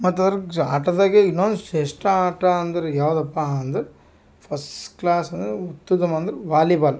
ಮತ್ತು ಅದ್ರ ಜ ಆಟದಾಗೆ ಇನ್ನೊಂದು ಶೇಷ್ಠ ಆಟ ಅಂದರೆ ಯಾವುದಪ್ಪ ಅಂದರೆ ಫಸ್ಟ್ ಕ್ಲಾಸ್ ಅಂದ್ರೆ ಉತ್ತುತಮ ಅಂದ್ರೆ ವಾಲಿಬಾಲ್